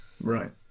Right